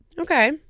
Okay